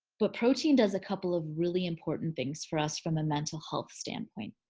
but protein does a couple of really important things for us from a mental health standpoint.